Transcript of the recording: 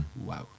Wow